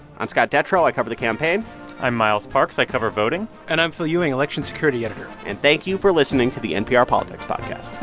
i'm scott detrow. i cover the campaign i'm miles parks. i cover voting and i'm phil ewing, election security editor and thank you for listening to the npr politics podcast